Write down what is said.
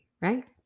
right